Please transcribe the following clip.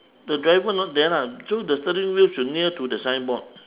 the diver not there lah so the steering wheel should near to the signboard